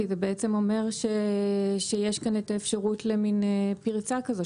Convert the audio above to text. כי זה בעצם אומר שיש כאן האפשרות למן פרצה כזאת,